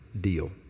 deal